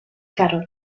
carol